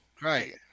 Right